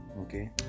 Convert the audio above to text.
Okay